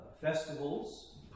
festivals